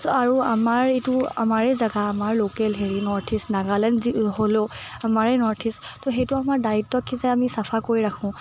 চ' আৰু আমাৰ এইটো আমাৰে জেগা আমাৰ লোকেল হেৰি নৰ্থ ইষ্ট নাগালেণ্ড যি হ'লেও আমাৰে নৰ্থ ইষ্ট ত' সেইটো আমাৰ দায়িত্ব কি যে আমি চাফা কৰি ৰাখোঁ